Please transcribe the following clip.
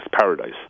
paradise